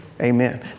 Amen